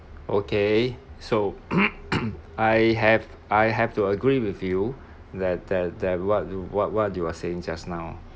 okay so I have I have to agree with you that that that what what what you are saying just now